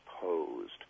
posed